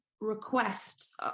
requests